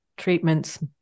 treatments